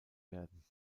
werden